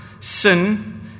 sin